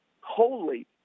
holy